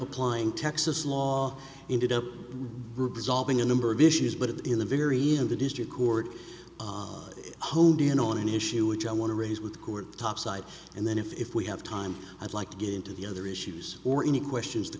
applying texas law into resolving a number of issues but in the very end the district court honed in on an issue which i want to raise with court topside and then if we have time i'd like to get into the other issues or any questions t